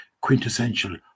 quintessential